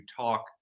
talk